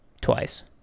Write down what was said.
Twice